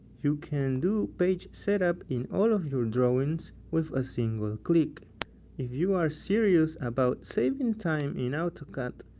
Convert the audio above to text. you can do page setup in all of your drawings with a single click. if you are serious about saving time in autocad,